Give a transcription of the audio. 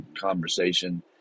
conversation